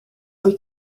wyt